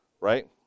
right